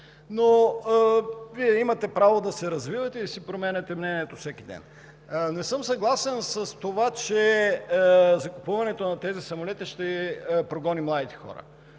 но Вие имате право да се развивате и да си променяте мнението всеки ден. Не съм съгласен с това, че закупуването на тези самолети ще прогони младите хора.